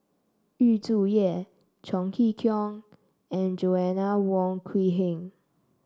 Yu Zhuye Chong Kee Hiong and Joanna Wong Quee Heng